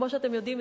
כמו שאתם יודעים,